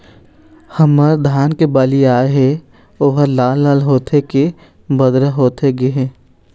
हमर धान मे बाली आए हे ओहर लाल लाल होथे के बदरा होथे गे हे?